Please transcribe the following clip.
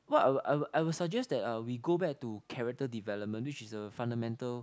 what I would I would I would suggest that uh we go back to character development which is a fundamental